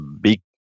big